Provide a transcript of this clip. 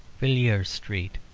villiers street,